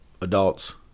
adults